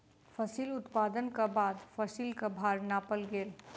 फसिल उत्पादनक बाद फसिलक भार नापल गेल